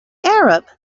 arab